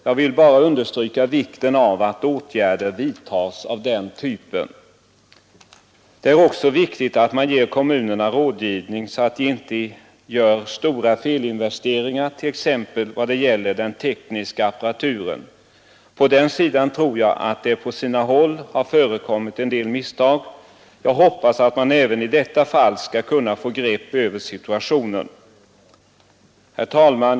Jag vill bara understryka vikten av att åtgärder av den typen vidtas. Det är också viktigt att man ger kommunerna rådgivning, så att de inte gör stora felinvesteringar, t.ex. när det gäller den tekniska apparaturen. På den sidan tror jag att det på sina håll har förekommit en del misstag, men jag hoppas att man även i dessa fall skall kunna få grepp över situationen. Herr talman!